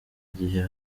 gihe